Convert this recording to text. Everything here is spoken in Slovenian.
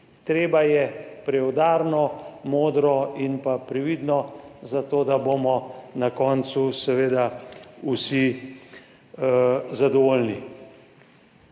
Treba je preudarno, modro in previdno, zato da bomo na koncu vsi zadovoljni.